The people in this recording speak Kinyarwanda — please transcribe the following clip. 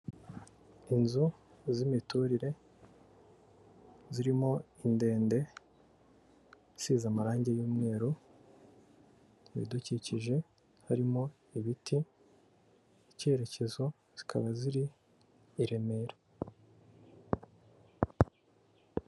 Inzu z'imiturire zirimo indende isize amarangi y'umweru, ibidukikije harimo ibiti, icyerekezo zikaba ziri i Remera.